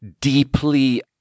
deeply